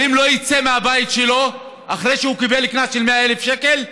ואם הוא לא יצא מהבית שלו אחרי שהוא קיבל קנס של 100,000 שקל,